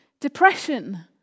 depression